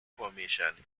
formation